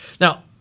Now